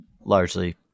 largely